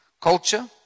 Culture